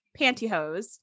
pantyhose